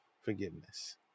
forgiveness